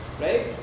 Right